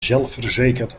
zelfverzekerd